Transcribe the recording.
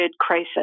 crisis